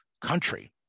country